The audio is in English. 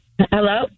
Hello